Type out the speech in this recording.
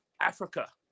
Africa